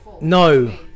No